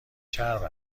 چرب